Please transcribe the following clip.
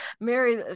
Mary